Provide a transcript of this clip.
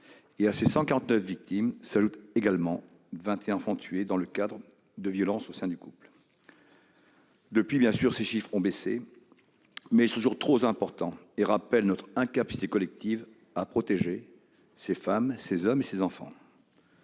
; à ces 149 victimes s'ajoutent 21 enfants tués dans le cadre de violences au sein du couple. Depuis lors, ces chiffres ont, bien entendu, baissé, mais ils demeurent trop importants et rappellent notre incapacité collective à protéger ces femmes, ces hommes et ces enfants,